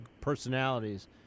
personalities